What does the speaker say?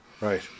Right